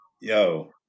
yo